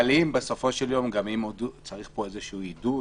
אבל אם בסופו של יום צריך פה איזשהו עידוד